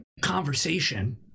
conversation